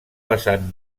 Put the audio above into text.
vessant